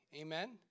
Amen